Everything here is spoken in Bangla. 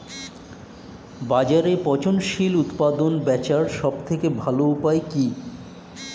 বাজারে পচনশীল উৎপাদন বেচার সবথেকে ভালো উপায় কি?